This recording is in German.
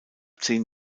zehn